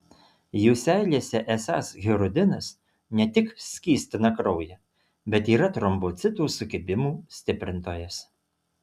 jų seilėse esąs hirudinas ne tik skystina kraują bet yra trombocitų sukibimų stiprintojas